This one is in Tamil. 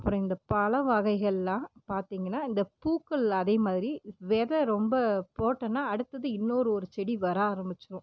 அப்புறம் இந்த பழம் வகைகள்லாம் பார்த்திங்கன்னா இந்த பூக்கள் அதேமாதிரி வித ரொம்ப போட்டம்னா அடுத்தது இன்னொரு ஒரு செடி வர ஆரம்பிச்சிடும்